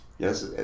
Yes